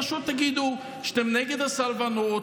פשוט תגידו שאתם נגד הסרבנות,